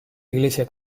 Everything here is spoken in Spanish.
iglesia